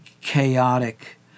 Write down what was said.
chaotic